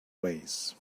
ways